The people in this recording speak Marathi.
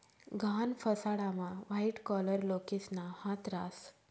गहाण फसाडामा व्हाईट कॉलर लोकेसना हात रास